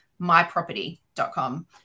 MyProperty.com